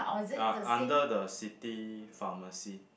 ya under the city pharmacy